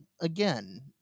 again